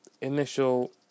initial